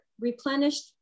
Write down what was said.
replenished